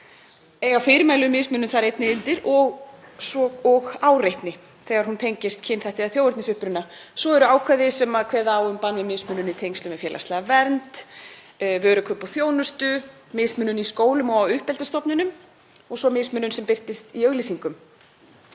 Heyra fyrirmæli um mismunun þar einnig undir svo og um áreitni þegar hún tengist kynþætti eða þjóðernisuppruna. Svo eru ákvæði sem kveða á um bann við mismunun í tengslum við félagslega vernd, vörukaup og þjónustu, mismunun í skólum og uppeldisstofnunum og mismunun sem birtist í auglýsingum.